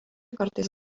kartais